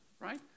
right